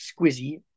Squizzy